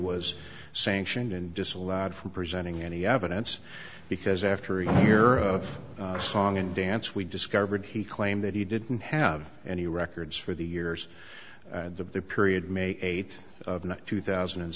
was sanctioned and disallowed from presenting any evidence because after a hear of a song and dance we discovered he claimed that he didn't have any records for the years the period may eighth two thousand and